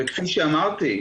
וכפי שאמרתי,